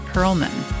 Perlman